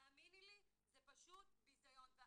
האמיני לי, זה פשוט ביזיון.